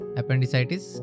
appendicitis